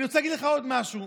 אני רוצה לומר לך עוד משהו,